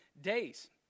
days